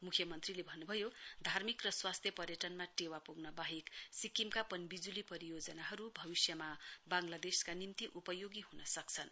मुख्य मन्त्रीले भन्नुभयो धार्मिक र स्वास्थ्य पर्यटनमा टेवा पुग्न वाहेक सिक्किमका पन विजुली परियोजनाहरू भविष्यमा बांगलादेशका निम्ति उपयोगी ह्न सक्छन्